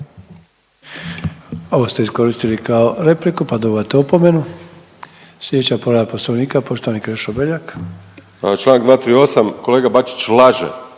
Ovo ste iskoristili kao repliku, pa dobivate opomenu. Slijedeća povreda Poslovnika poštovani Krešo Beljak. **Beljak, Krešo (HSS)** Čl.